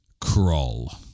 Crawl